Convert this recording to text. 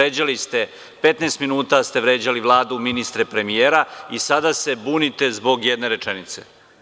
Petnaest minuta ste vređali Vladu, ministre, premijera i sada se bunite zbog jedne rečenice.